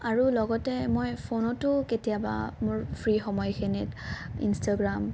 আৰু লগতে মই ফোনতো কেতিয়াবা মোৰ ফ্ৰী সময়খিনিত ইন্ষ্টাগ্ৰাম